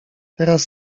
teraz